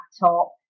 laptop